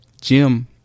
Jim